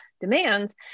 demands